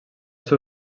seu